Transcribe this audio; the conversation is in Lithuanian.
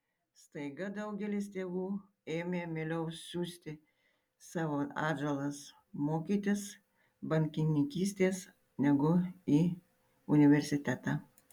staiga daugelis tėvų ėmė mieliau siųsti savo atžalas mokytis bankininkystės negu į universitetą